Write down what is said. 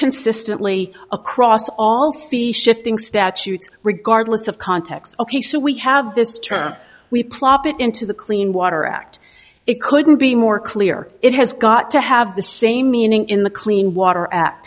consistently across all theall shifting statutes regardless of context ok so we have this term we plop it into the clean water act it couldn't be more clear it has got to have the same meaning in the clean water a